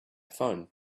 phoned